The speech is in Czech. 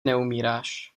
neumíráš